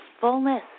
fullness